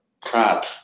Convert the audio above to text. crap